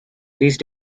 these